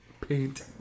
Paint